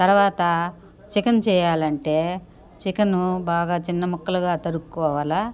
తర్వాత చికెన్ చేయాలంటే చికెను బాగా చిన్న ముక్కలుగా తరుక్కోవాల